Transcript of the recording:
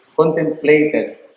contemplated